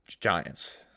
Giants